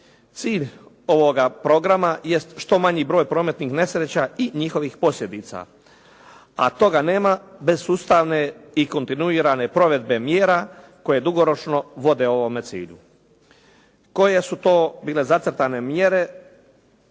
Cilj ovoga programa jest što manji broj prometnih nesreća i njihovih posljedica a toga nema bez sustavne i kontinuirane provedbe mjera koje dugoročno vode ovome cilju. Koje su to bile zacrtane mjere